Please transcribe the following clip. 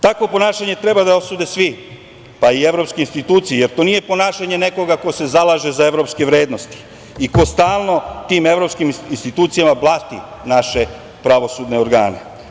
Takvo ponašanje treba da osude svi, pa i evropske institucije, jer to nije ponašanje nekoga ko se zalaže za evropske vrednosti i ko stalno tim evropskim institucijama blati naše pravosudne organe.